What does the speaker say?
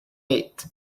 eight